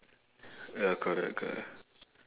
ya correct correct correct ah